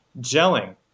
gelling